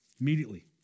Immediately